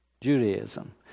Judaism